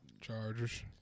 Chargers